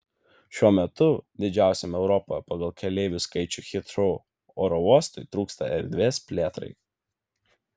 šiuo metu didžiausiam europoje pagal keleivių skaičių hitrou oro uostui trūksta erdvės plėtrai